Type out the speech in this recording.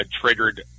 triggered